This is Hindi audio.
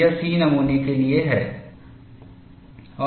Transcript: यह C नमूने के लिए है